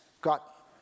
got